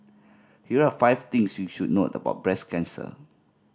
here are five things you should note about breast cancer